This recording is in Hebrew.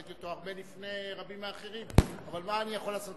ראיתי אותו הרבה לפני רבים אחרים אבל מה אני יכול לעשות?